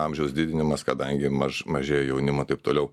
amžiaus didinimas kadangi maž mažėja jaunimo taip toliau